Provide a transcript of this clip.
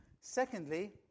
Secondly